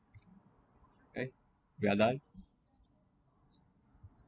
right we are done